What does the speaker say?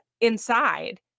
inside